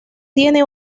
tiene